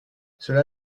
cela